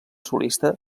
solista